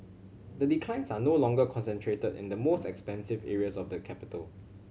the declines are no longer concentrated in the most expensive areas of the capital